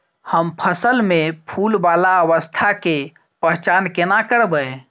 हम फसल में फुल वाला अवस्था के पहचान केना करबै?